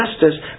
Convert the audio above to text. justice